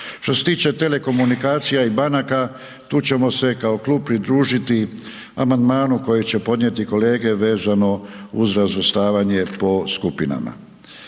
Što se tiče telekomunikacija i banaka tu ćemo se kao klub pridružiti amandmanu koji će podnijeti kolege vezano uz razvrstavanje po skupinama.